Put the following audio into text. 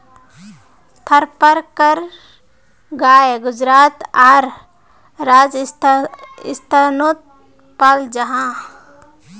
थारपारकर गाय गुजरात आर राजस्थानोत पाल जाहा